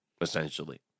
essentially